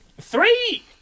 Three